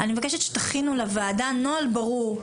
אני מבקשת שתכינו לוועדה נוהל ברור,